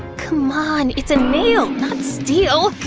c'mon, it's a nail, not steel!